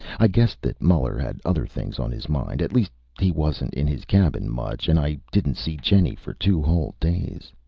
i guessed that muller had other things on his mind at least he wasn't in his cabin much, and i didn't see jenny for two whole days.